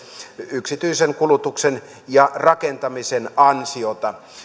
yksityisen kulutuksen ja rakentamisen ansiota